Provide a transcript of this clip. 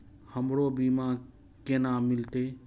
हमरो बीमा केना मिलते?